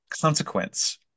consequence